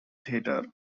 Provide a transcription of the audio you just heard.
theatre